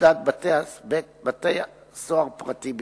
בפקודת בתי-הסוהר לגבי בית-סוהר פרטי בישראל.